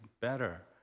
better